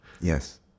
Yes